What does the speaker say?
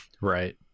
Right